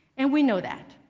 and we know that.